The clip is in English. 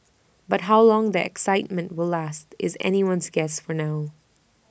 but how long the excitement will last is anyone's guess for now